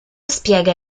spiega